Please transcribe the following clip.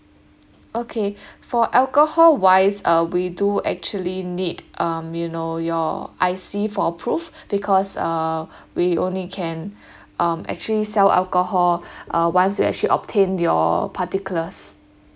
okay for alcohol wise uh we do actually need um you know your I_C for proof because uh we only can um actually sell alcohol uh once we actually obtain your particulars